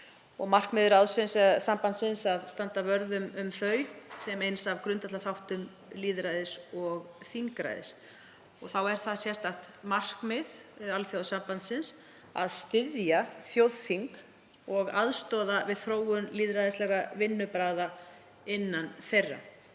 markmið sambandsins er að standa vörð um þau sem einn af grundvallarþáttum lýðræðis og þingræðis. Þá er það sérstakt markmið Alþjóðaþingmannasambandsins að styðja þjóðþing og aðstoða við þróun lýðræðislegra vinnubragða innan þeirra